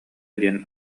диэн